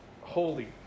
holy